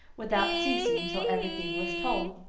without ceasing till every thing was told.